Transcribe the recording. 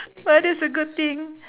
but it's a good thing